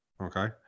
Okay